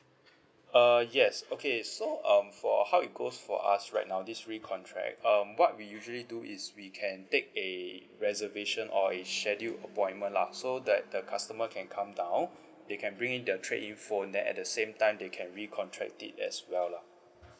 uh yes okay so um for how it goes for us right now this re-contract um what we usually do is we can take a reservation or a scheduled appointment lah so that the customer can come down they can bring in their trade in phone then at the same time they can re-contract it as well lah